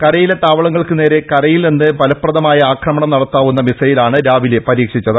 കരയിലെ താവളങ്ങൾക്ക് നേരെ കരയിൽ നിന്ന് ഫലപ്രദ മായ ആക്രമണം നടത്താവുന്ന മിസൈലാണ് രാവിലെ പരീക്ഷിച്ചത്